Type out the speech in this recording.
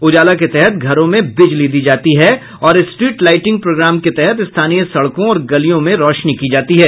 उजाला के तहत घरों में बिजली दी जाती है और स्ट्रीट लाइटिंग प्रोग्राम के तहत स्थानीय सड़कों और गलियों में रोशनी की जाती है